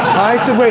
i said, wait,